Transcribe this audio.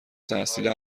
تحصیل